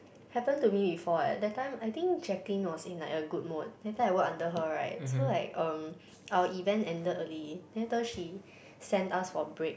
happen to me before eh that time I think Jacqueline was in like a good mood that time I work under her right so like um our event ended early later she sent us for break